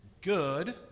good